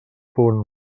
punt